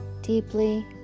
deeply